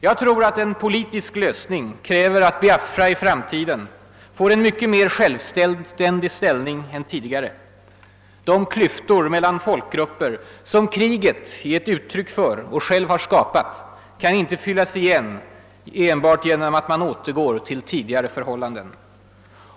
Jag tror att en politisk lösning kräver att Biafra i framtiden får en mycket mer självständig ställning än tidigare. De klyftor mellan folkgrupper som kriget är ett uttryck för och själv har skapat kan inte fyllas igen enbart genom att man återgår till tidigare förhållanden.